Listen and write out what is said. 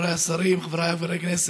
בחברה הערבית.